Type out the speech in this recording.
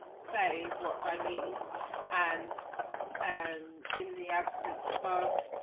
say what i need and and in the absence of